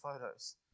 photos